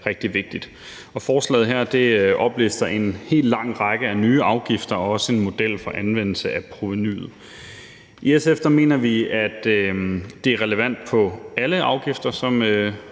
rigtig vigtigt, og forslaget her oplister en helt lang række af nye afgifter og også en model for en anvendelse af provenuet. I SF mener vi, at det er relevant med alle afgifter, som